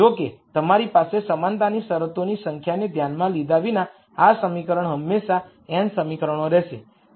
જો કે તમારી પાસે સમાનતાની શરતોની સંખ્યાને ધ્યાનમાં લીધા વિના આ સમીકરણ હંમેશાં n સમીકરણો રહેશે